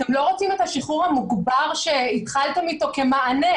אתם לא רוצים את השחרור המוגבר שהתחלתם איתו כמענה,